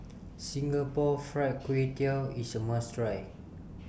Singapore Fried Kway Tiao IS A must Try